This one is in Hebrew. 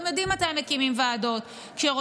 אתם